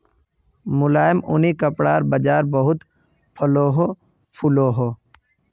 मुलायम ऊनि कपड़ार बाज़ार बहुत फलोहो फुलोहो